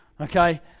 okay